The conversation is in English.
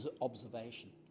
observation